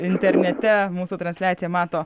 internete mūsų transliaciją mato